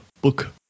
Book